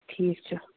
ٹھیٖک چھُ